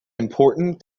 important